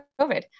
COVID